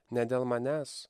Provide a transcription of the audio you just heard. ne dėl manęs